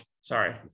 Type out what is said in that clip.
Sorry